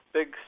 big